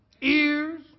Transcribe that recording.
Ears